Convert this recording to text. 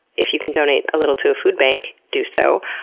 if you can donate a little to a food bank, do so.